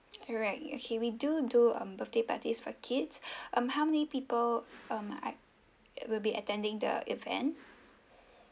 alright okay we do do um birthday parties for kids um how many people um will be attending the event